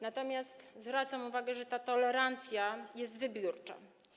Natomiast zwracam uwagę, że ta tolerancja jest wybiórcza.